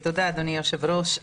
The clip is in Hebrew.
תודה, אדוני היושב-ראש.